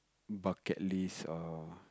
bucket list or